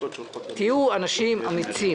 תהיו אנשים אמיצים.